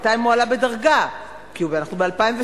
בינתיים הוא עלה בדרגה, כי אנחנו ב-2003.